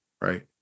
Right